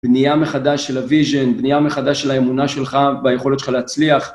בנייה מחדש של הוויז'ן, בנייה מחדש של האמונה שלך והיכולת שלך להצליח.